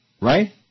Right